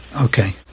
Okay